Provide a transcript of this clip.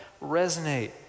resonate